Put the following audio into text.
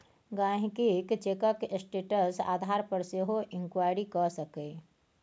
गांहिकी चैकक स्टेटस आधार पर सेहो इंक्वायरी कए सकैए